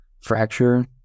fracture